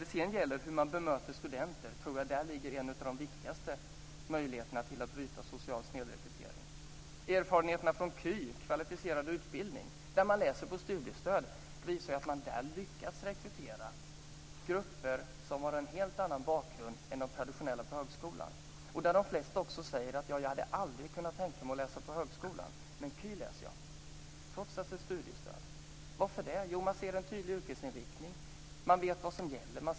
Vad sedan beträffar hur man bemöter studenter vill jag säga att jag tror att vi där har en av de viktigaste möjligheterna att bryta social snedrekrytering. I kvalificerad utbildning, KY, där de studerande läser på studiestöd, har man lyckats rekrytera grupper som har en helt annan bakgrund än den traditionella högskolan. Varför det? Jo, de ser en tydlig yrkesinriktning.